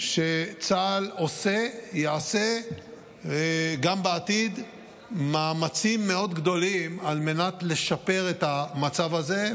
שצה"ל עושה ויעשה גם בעתיד מאמצים מאוד גדולים על מנת לשפר את המצב הזה.